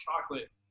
chocolate